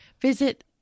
visit